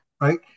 right